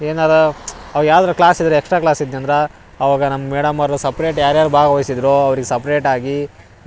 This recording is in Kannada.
ಏನಾರ ಅವ ಯಾವ್ದ್ರ ಕ್ಲಾಸ್ ಇದ್ದರೆ ಎಕ್ಸ್ಟ್ರ ಕ್ಲಾಸ್ ಇದ್ನ್ಯನ್ದ್ರ ಅವಾಗ ನಮ್ಮ ಮೇಡಮ್ ಅವರು ಸಪ್ರೇಟ್ ಯಾರ್ಯಾರು ಭಾಗವಹಿಸಿದ್ದರು ಅವ್ರಿಗೆ ಸಪ್ರೇಟಾಗಿ